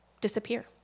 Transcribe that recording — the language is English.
disappear